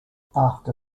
after